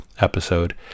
episode